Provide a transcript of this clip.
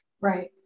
right